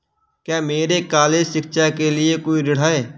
क्या मेरे कॉलेज शिक्षा के लिए कोई ऋण है?